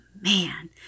man